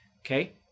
okay